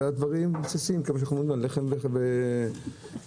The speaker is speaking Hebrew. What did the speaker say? זה הדברים הבסיסיים כמו לחם וחלב.